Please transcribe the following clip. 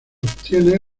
obtiene